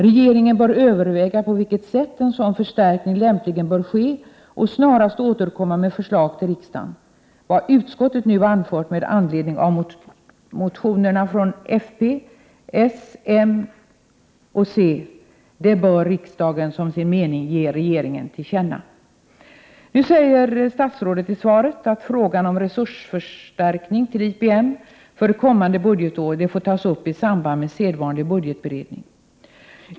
Regeringen bör överväga på vilket sätt en sådan förstärkning lämpligen bör ske och snarast återkomma med förslag till riksdagen.” Man säger vidare att vad utskottet har anfört med anledning av motionerna från folkpartiet, socialdemokraterna, moderaterna och centerpartiet bör riksdagen som sin mening ge regeringen till känna. Statsrådet säger i svaret att frågan om en förstärkning av IPM:s resurser för kommande budgetår får tas upp i samband med den sedvanliga budgetberedningen.